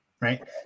right